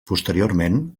posteriorment